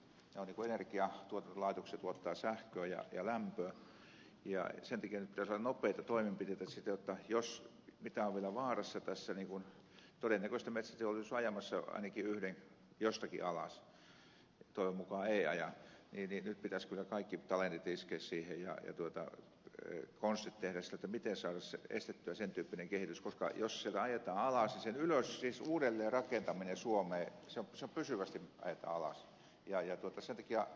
ne ovat niin kuin energiantuotantolaitokset tuottavat sähköä ja lämpöä ja sen takia nyt pitäisi olla nopeita toimenpiteitä jotta jos mitä on vielä vaarassa tässä niin kuin todennäköisesti metsäteollisuus on ajamassa ainakin yhden jostakin alas toivon mukaan ei aja niin nyt pitäisi kyllä kaikki talentit iskeä siihen ja konstit tehdä sille miten saataisiin estettyä sen tyyppinen kehitys koska jos sieltä ajetaan alas niin sen uudelleenrakentaminen suomeen ei toteudu vaan se pysyvästi ajetaan alas